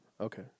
Okay